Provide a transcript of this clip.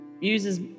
uses